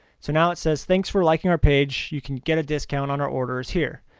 so now it says thanks for liking our page, you can get a discount on our orders here'.